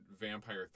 vampire